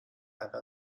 版本